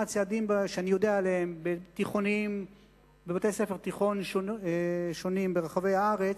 צעדים שאני יודע עליהם בבתי-ספר תיכון שונים ברחבי הארץ,